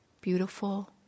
beautiful